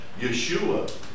Yeshua